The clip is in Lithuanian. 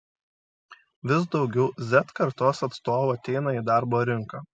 vis daugiau z kartos atstovų ateina į darbo rinką